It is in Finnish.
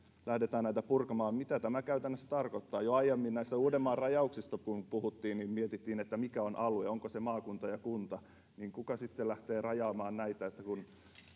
näitä purkamaan niin mitä tämä käytännössä tarkoittaa jo aiemmin kun puhuttiin näistä uudenmaan rajauksista mietittiin mikä on alue onko se maakunta vai kunta joten kuka sitten lähtee rajaamaan sitä kun